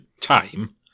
Time